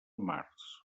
març